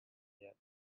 yet